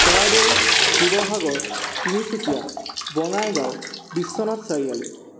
Charaideo Sivasagar Tinsukia Bongaigaon Biswanath Chariali